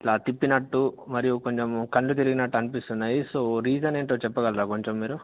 ఇట్లా తిప్పినట్టు మరియు కొంచెం కళ్ళు తిరిగినట్టు అనిపిస్తున్నాయి సో రీజన్ ఏమిటో చెప్పగలరా కొంచెం మీరు